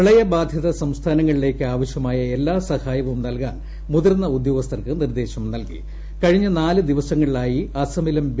പ്രളയബാധിത സംസ്ഥാനങ്ങളിലേക്ക് ആവശ്യമായ എല്ലാ സഹായവും നൽകാൻ മുതിർന്ന ഉദ്യോഗസ്ഥർക്ക് നിർദ്ദേശം കഴിഞ്ഞ നാലു ദിവസങ്ങളിലായി ആസാമിലും നൽകി